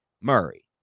murray